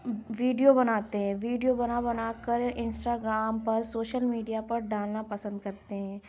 video بناتے ہیں video بنا بنا کر انسٹا گرام پر سوشل میڈیا پر ڈالنا پسند کرتے ہیں